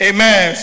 Amen